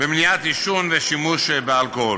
במניעת עישון ושימוש באלכוהול.